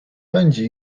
pędzi